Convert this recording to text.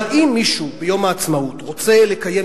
אבל אם מישהו ביום העצמאות רוצה לקיים